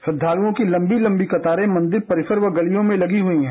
श्रद्धालुओं की तम्बी लम्बी कतारें मंदिर परिसर व गलियों में तगी हुई है